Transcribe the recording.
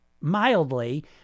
mildly